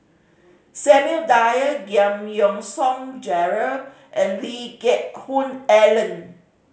Samuel Dyer Giam Yean Song Gerald and Lee Geck Hoon Ellen